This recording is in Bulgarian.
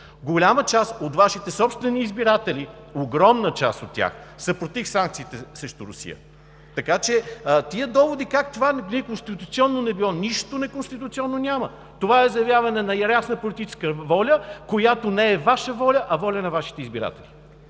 Голяма част от Вашите собствени избиратели, огромна част от тях, са против санкциите срещу Русия. Тези доводи как това неконституционно било, нищо неконституционно няма! Това е заявяване на ясна политическа воля, която не е Ваша воля, а е воля на Вашите избиратели.